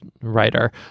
writer